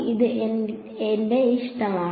അത് എന്റെ ഇഷ്ടമാണ്